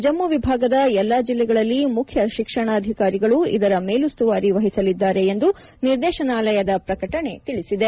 ಜಮ್ಮು ವಿಭಾಗದ ಎಲ್ಲಾ ಜಿಲ್ಲೆಗಳಲ್ಲಿ ಮುಖ್ಯ ಶಿಕ್ಷಣಾಧಿಕಾರಿಗಳು ಇದರ ಮೇಲುಸ್ತುವಾರಿ ವಹಿಸಲಿದ್ದಾರೆ ಎಂದು ನಿರ್ದೇಶನಾಲಯದ ಪ್ರಕಟಣೆ ತಿಳಿಸಿದೆ